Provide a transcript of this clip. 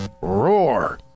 Roar